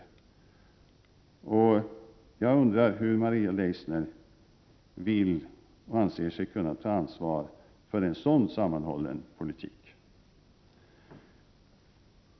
Jag undrar hur Maria Leissner anser sig kunna ta ansvar för en sådan sammanhållen politik.